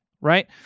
right